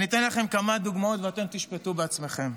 אתן לכם כמה דוגמאות ואתם תשפטו בעצמכם.